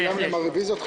סיימנו עם הרוויזיות.